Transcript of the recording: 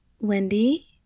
Wendy